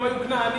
הם היו כנענים,